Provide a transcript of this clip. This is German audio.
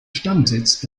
stammsitz